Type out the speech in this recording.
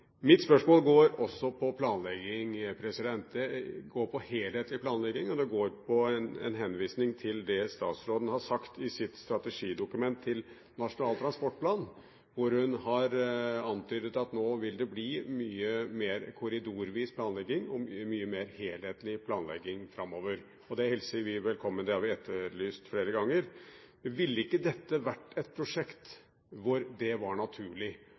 Mitt spørsmål går også på planlegging. Det går på helhetlig planlegging, og det går på en henvisning til det statsråden har sagt i sitt strategidokument til Nasjonal transportplan, hvor hun har antydet at nå vil det bli mye mer korridorvis planlegging og mye mer helhetlig planlegging framover. Det hilser vi velkommen. Det har vi etterlyst flere ganger. Ville ikke dette vært et prosjekt hvor det var naturlig?